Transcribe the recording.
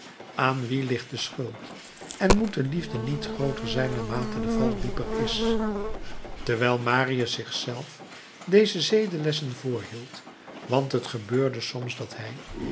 aan wie ligt de schuld en moet de liefde niet grooter zijn naarmate de val dieper is terwijl marius zich zelf deze zedenlessen voorhield want het gebeurde soms dat hij